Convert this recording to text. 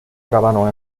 grabaron